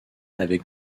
avec